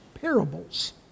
parables